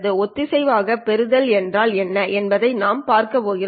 ஒத்திசைவான பெறுதல் என்றால் என்ன என்பதை நாம் பார்க்கப் போகிறோம்